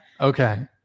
Okay